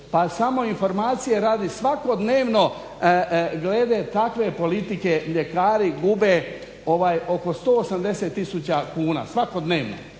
Pa samo informacije radi svakodnevno glede takve politike mljekari gube oko 180 tisuća kuna, svakodnevno.